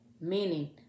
Meaning